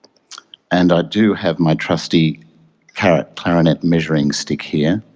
and i do have my trusty carrot clarinet measuring stick here,